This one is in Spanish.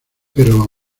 pero